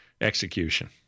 execution